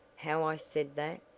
how i said that?